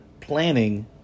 planning